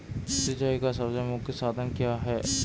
सिंचाई का सबसे प्रमुख साधन क्या है?